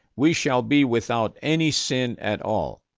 we shall be without any sin at all.